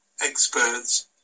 experts